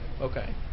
Okay